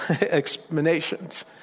explanations